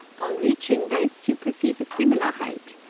on reaching this you perceive a similar height,